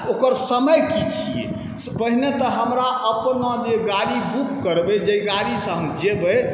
ओकर समय की छिए पहिने तऽ हमरा अपना जे गाड़ी बुक करबै जाहि गाड़ीसँ हम जेबै